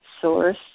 source